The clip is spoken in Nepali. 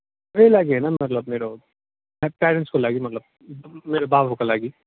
मेरै लागि होइन मतलब मेरो पेरेन्ट्सको लागि मतलब मेरो बाबाको लागि